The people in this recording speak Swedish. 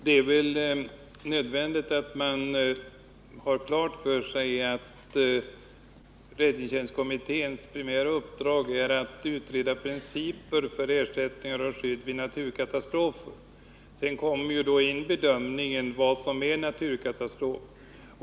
Fru talman! Det är nödvändigt att man har klart för si tjänstkommitténs primära uppdrag är att utreda principer för ersättningar och skydd vid naturkatastrofer. Sedan kommer det in en bedömning av vad som är naturkatastrof.